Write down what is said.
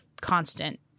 constant